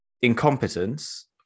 incompetence